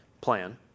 plan